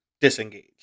disengage